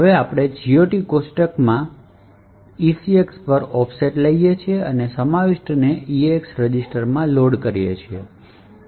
હવે અમે GOT કોષ્ટકમાં અને તે ECX પર ઓફસેટ લઈએ છીએ અને સમાવિષ્ટોને EAX રજીસ્ટરમાં લોડ કરીએ છીએ